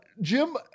Jim